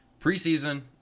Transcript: Preseason